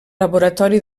laboratori